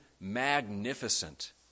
magnificent